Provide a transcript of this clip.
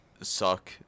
suck